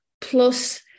plus